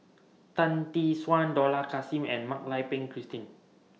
Tan Tee Suan Dollah Kassim and Mak Lai Peng Christine